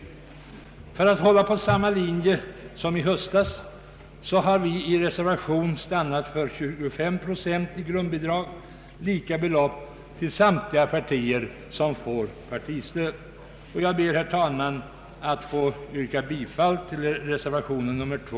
För att hålla oss på samma linje som i höstas har vi i reservationen stannat för ett grundbidrag på 25 procent, lika till samtliga partier som får partistöd. Jag ber, herr talman, att få yrka bifall till reservation 2.